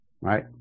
Right